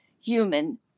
human